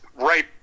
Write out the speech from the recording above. right